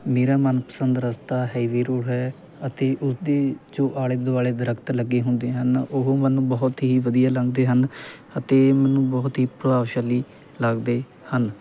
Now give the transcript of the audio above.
ਮੇਰਾ ਮਨ ਪਸੰਦ ਰਸਤਾ ਹਾਈਵੇ ਰੂ ਹੈ ਅਤੇ ਉਸਦੇ ਜੋ ਆਲੇ ਦੁਆਲੇ ਦਰੱਖਤ ਲੱਗੇ ਹੁੰਦੇ ਹਨ ਉਹ ਮੈਨੂੰ ਬਹੁਤ ਹੀ ਵਧੀਆ ਲੱਗਦੇ ਹਨ ਅਤੇ ਮੈਨੂੰ ਬਹੁਤ ਹੀ ਪ੍ਰਭਾਵਸ਼ਾਲੀ ਲੱਗਦੇ ਹਨ